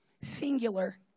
singular